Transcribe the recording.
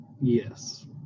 Yes